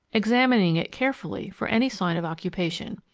examining it carefully for any sign of occupation.